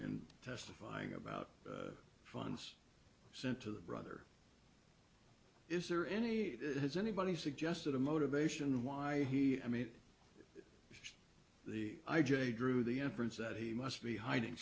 and testifying about funds sent to the brother is there any has anybody suggested a motivation why he made the i j drew the inference that he must be hiding